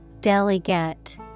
Delegate